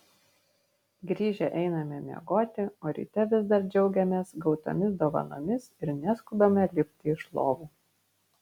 grįžę einame miegoti o ryte vis dar džiaugiamės gautomis dovanomis ir neskubame lipti iš lovų